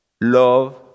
love